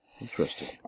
Interesting